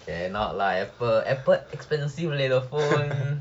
cannot lah apple apple expensive leh the phone